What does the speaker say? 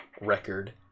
record